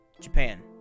japan